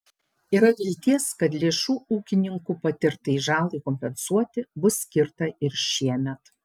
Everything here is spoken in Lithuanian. yra vilties kad lėšų ūkininkų patirtai žalai kompensuoti bus skirta ir šiemet